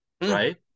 right